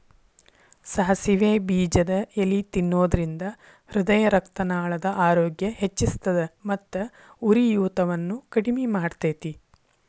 ಸಾಸಿವೆ ಬೇಜದ ಎಲಿ ತಿನ್ನೋದ್ರಿಂದ ಹೃದಯರಕ್ತನಾಳದ ಆರೋಗ್ಯ ಹೆಚ್ಹಿಸ್ತದ ಮತ್ತ ಉರಿಯೂತವನ್ನು ಕಡಿಮಿ ಮಾಡ್ತೆತಿ